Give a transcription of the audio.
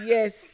Yes